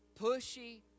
Pushy